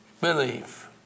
believe